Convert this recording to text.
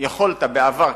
יכולת בעבר,